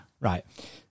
Right